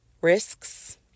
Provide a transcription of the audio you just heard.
risks